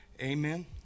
Amen